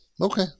Okay